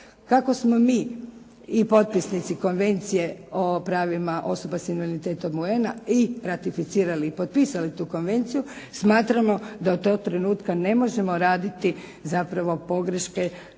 Kako smo mi i potpisnici Konvencije o pravima osoba s invaliditetom UN-a i ratificirali i potpisali tu konvenciju smatramo da od tog trenutka ne možemo raditi zapravo pogreške